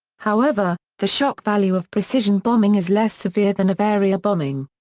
however, the shock value of precision bombing is less severe than of area bombing.